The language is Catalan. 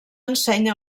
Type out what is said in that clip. ensenya